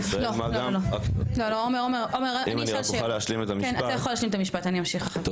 טוב לא לא, עומר אני אשאל שאלות.